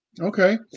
Okay